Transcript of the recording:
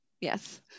Yes